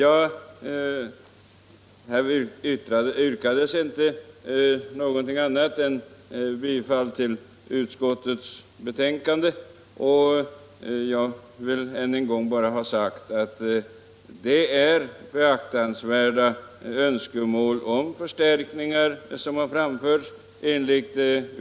Här yrkas inte någonting annat än bifall till utskottets hemställan. Jag vill än en gång bara ha sagt att det enligt utskottets mening är beaktansvärda önskemål om förstärkningar som har framförts.